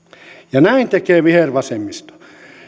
ja näin tekee vihervasemmisto